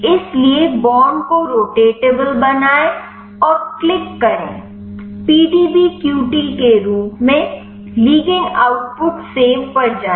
इसलिए बॉन्ड को रोटेटेबल बनाएं और क्लिक करें पीडीबीक्यूटी के रूप में लिगैंड आउटपुट सेव पर जाएं